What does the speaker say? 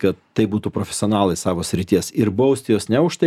kad tai būtų profesionalai savo srities ir bausti juos ne už tai